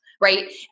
right